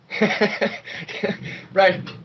Right